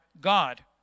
God